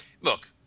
look